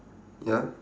ya